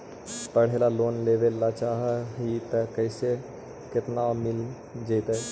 पढ़े ल लोन लेबे ल चाह ही त कैसे औ केतना तक मिल जितै?